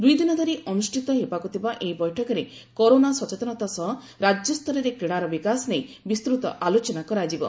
ଦୂଇ ଦିନ ଧରି ଅନୁଷ୍ଠିତ ହେବାକୁ ଥିବା ଏହି ବୈଠକରେ କରୋନା ସଚେତନତା ସହ ରାଜ୍ୟ ସ୍ତରରେ କ୍ରୀଡ଼ାର ବିକାଶ ନେଇ ବିସ୍ତୃତ ଆଲୋଚନା କରାଯିବ